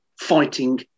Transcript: fighting